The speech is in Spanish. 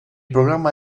programa